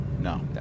No